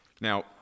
Now